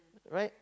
right